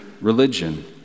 religion